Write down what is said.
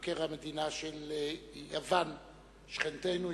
אני רק רוצה לקדם בברכה את מבקר המדינה של יוון שכנתנו,